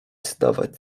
stawać